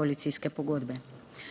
koalicijske pogodbe.)